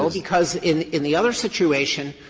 ah because in in the other situation,